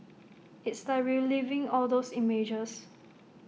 it's like reliving all those images